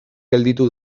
gelditu